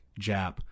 jap